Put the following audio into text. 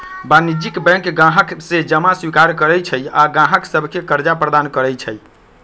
वाणिज्यिक बैंक गाहक से जमा स्वीकार करइ छइ आऽ गाहक सभके करजा प्रदान करइ छै